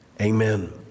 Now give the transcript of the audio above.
Amen